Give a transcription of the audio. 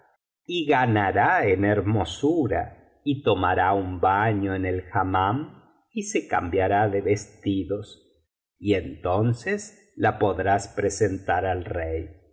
y ganara en hermosura y tomará un baño en el hammam y se cambiará de vestidos y entonces la podrás presentar al rey